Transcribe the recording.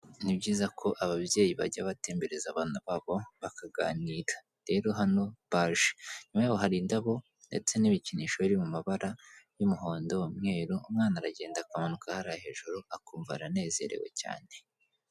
Ni byiza ko ababyeyi bajya batembereza abana babo bakaganira, rero hano baje inyuma yabo hari indabo ndetse n'ibikinisho biri mu mabara y'umuhondo, umweru, umwana aragenda akamanuka hariya hejuru akumva aranezerewe cyane.